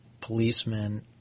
Policemen